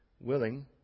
willing